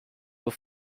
were